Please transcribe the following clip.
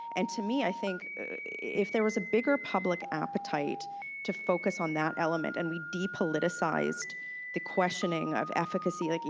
and to me i think if there was a bigger public appetite to focus on that element and we depoliticized the questioning of efficacy, like